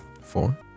four